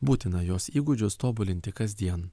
būtina jos įgūdžius tobulinti kasdien